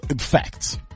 facts